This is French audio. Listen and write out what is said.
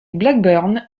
blackburn